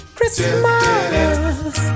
Christmas